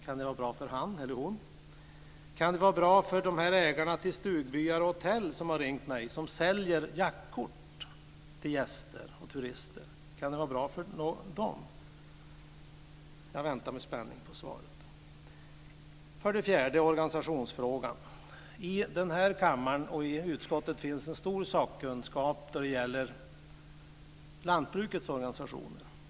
Kan det vara bra för de ägare till stugbyar och hotell som har ringt mig och som säljer jaktkort till gäster och turister? Jag väntar med spänning på svar. För det fjärde gäller det organisationsfrågan. Både i denna kammare och i utskottet finns det en stor sakkunskap då det gäller lantbrukets organisationer.